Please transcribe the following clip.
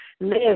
live